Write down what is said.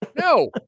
no